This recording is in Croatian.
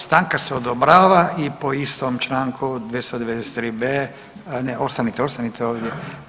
Stanka se odobrava i po istom članku 293.b. Ne ostanite, ostanite ovdje.